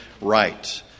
right